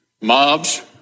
mobs